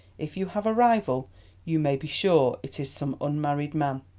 if you have a rival you may be sure it is some unmarried man.